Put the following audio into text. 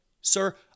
sir